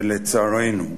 לצערנו,